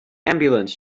ambulance